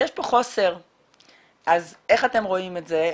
אז איך אתם רואים את זה,